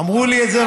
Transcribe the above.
אמרו לי את זה,